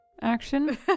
action